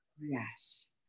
yes